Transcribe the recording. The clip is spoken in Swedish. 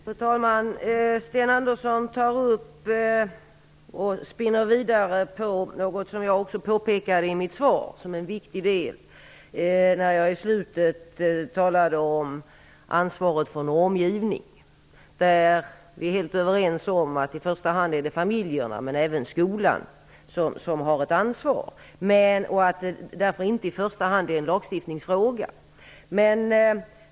Fru talman! Sten Andersson i Malmö tar upp och spinner vidare på något som jag också påpekade som en mycket viktig del i mitt svar, när jag i slutet talade om ansvaret för normgivning. Vi är helt överens om att det först och främst är familjerna, men även skolan som har ett ansvar. Det är därför inte i första hand en lagstiftningsfråga.